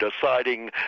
deciding